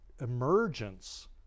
emergence